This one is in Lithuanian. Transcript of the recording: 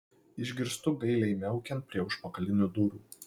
išgirstu gailiai miaukiant prie užpakalinių durų